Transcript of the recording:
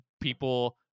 people